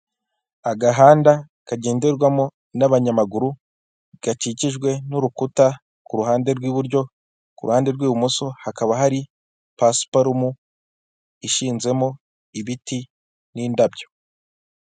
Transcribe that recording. Abagore n'abana babo bicaye ku ntebe z'urubaho ndende. Bafite udukayi dusa n'umutuku turimo impapuro, bategerereje ahantu hamwe.